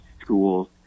schools